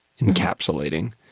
encapsulating